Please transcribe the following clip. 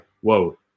Whoa